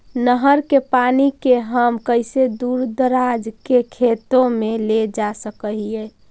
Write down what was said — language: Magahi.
नहर के पानी के हम कैसे दुर दराज के खेतों में ले जा सक हिय?